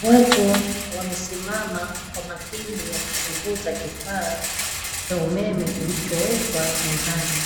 Watu wamesimama kwa makini wakichunguza kifaa cha umeme kilichowekwa mezani,